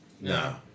No